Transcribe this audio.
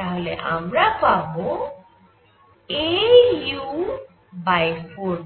তাহলে আমরা পাবো au4πcosθdΩΔr